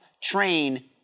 Train